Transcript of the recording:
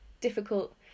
difficult